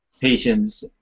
patients